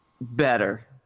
better